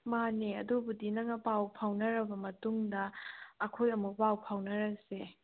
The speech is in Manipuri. ꯃꯥꯅꯦ ꯑꯗꯨꯕꯨꯗꯤ ꯅꯪꯒ ꯄꯥꯎ ꯐꯥꯎꯅꯔꯕ ꯃꯇꯨꯡꯗ ꯑꯩꯈꯣꯏ ꯑꯃꯨꯛ ꯄꯥꯎ ꯐꯥꯎꯅꯔꯁꯦ